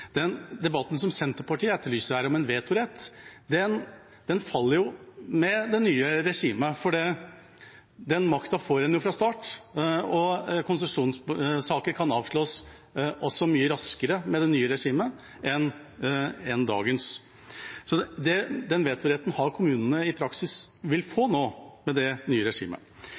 Den debatten som Senterpartiet etterlyser her, om en vetorett, den faller jo med det nye regimet. Den makta får en fra start, og konsesjonssaker kan avslås mye raskere med det nye regimet enn med dagens. Så den vetoretten vil kommunene i praksis få nå med det nye regimet.